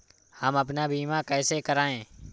हम अपना बीमा कैसे कराए?